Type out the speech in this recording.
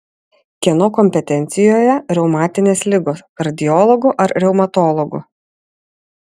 kieno kompetencijoje reumatinės ligos kardiologų ar reumatologų